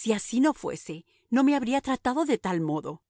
si así no fuese no me habría tratado de tal modo